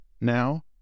Now